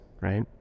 right